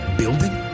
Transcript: building